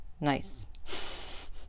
Nice